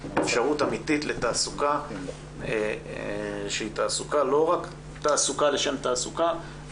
אפשרות אמיתית לתעסוקה שהיא לא רק תעסוקה לשם תעסוקה,